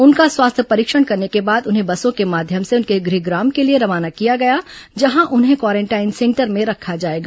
उनका स्वास्थ्य परीक्षण करने के बाद उन्हें बसों के माध्यम से उनके गृहग्राम के लिए रवाना किया गया जहां उन्हें क्वारेंटाइन सेंटर में रखा जाएगा